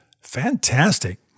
Fantastic